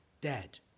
dead